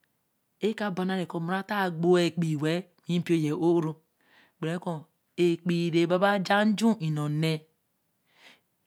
So si risia to lara si nowenu era o áo lekere ro lare we gwa aó ro bere tere wa nai nu wée nwi ga kpe we a nńe oō echi ra si ma de enu te era binja labi ā ele dala mbaba toō deenu dāa nto bedo o de enu ra ti ma ō oto de enur ko māa gburami oba nto nkgeta bere ko de oto aje enu enua no okparu reba nyoni odenu ra mmo para nsi mmi dea ko se ade nto saā gbogbo abini nde eka gbu ra nde be do ka chu re ka nwe gbo obari re ka gba ru nsisa ba ro ase eporo kara bo nne weē ka cha nlo wēe ka lama ko ase nru de ka bananye ko mono ata gbo ekpi weē mpio nye oro gbere ko ekpi re baba aja nju nnone